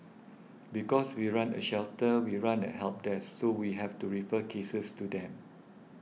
because we run a shelter we run a help desk so we have to refer cases to them